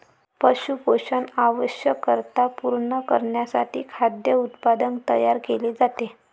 पशु पोषण आवश्यकता पूर्ण करण्यासाठी खाद्य उत्पादन तयार केले जाते